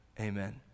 amen